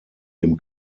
dem